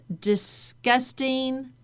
disgusting